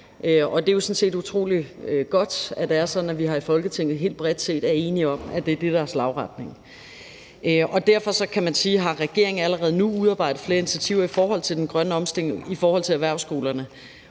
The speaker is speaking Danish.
Det er jo sådan set utrolig godt, at det er sådan, at vi helt bredt i Folketinget er enige om, at det er det, der er retningen. Derfor kan man spørge: Har regeringen ikke allerede nu udarbejdet flere initiativer i forhold til den grønne omstilling i forhold til erhvervsskolerne?